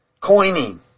coining